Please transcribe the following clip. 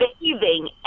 bathing